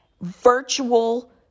virtual